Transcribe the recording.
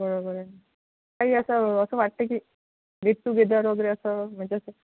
बरोबर आहे ताई असं असं वाटतं की गेट टूगेदर वगैरे असं म्हणजे असं